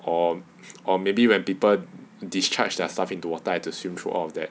or or maybe when people discharge their stuff into water I've to swim through all of that